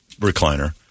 recliner